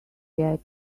get